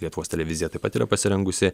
lietuvos televizija taip pat yra pasirengusi